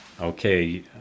okay